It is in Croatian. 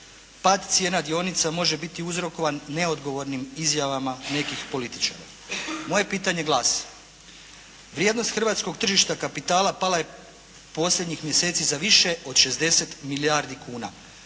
"Pad cijena dionica može biti uzrokovan neodgovornim izjavama nekih političara." Moje pitanje glasi. Vrijednog hrvatskog tržišta kapitala pala je posljednjih mjeseci za više od 60 milijardi kuna.